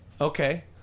Okay